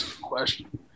Question